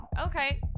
okay